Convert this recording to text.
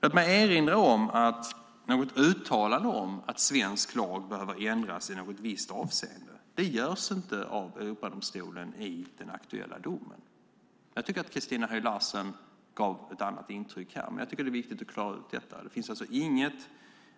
Låt mig erinra om att något uttalande om att svensk lag behöver ändras i ett visst avseende inte görs av Europadomstolen i den aktuella domen. Jag tycker att Christina Höj Larsen gav ett annat intryck. Det är viktigt att klara ut detta. Det finns alltså inte